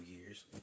years